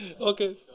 Okay